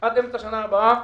עד אמצע השנה הבאה.